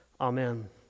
amen